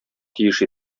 тиеш